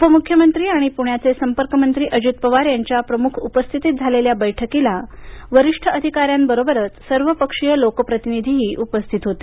उपमुख्यमंत्री आणि पृण्याचे संपर्कमंत्री अजित पवार यांच्या प्रमुख उपस्थितीत झालेल्या या बैठकीला वरिष्ठ अधिकाऱ्यांबरोबरच सर्वपक्षीय लोकप्रतिनिधीही उपस्थित होते